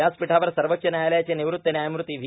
व्यासपीठावर सर्वाच्च न्यायालयाचे र्निवृत्त न्यायमूर्ता व्हो